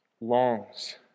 longs